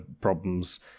problems